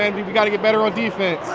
and we've got to get better on defense. oh.